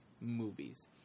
movies